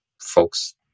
folks